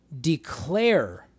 declare